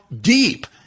deep